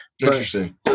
Interesting